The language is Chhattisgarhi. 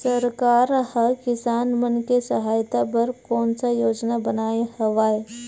सरकार हा किसान मन के सहायता बर कोन सा योजना बनाए हवाये?